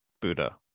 Buddha